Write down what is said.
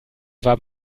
war